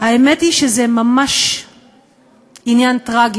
האמת היא שזה ממש עניין טרגי,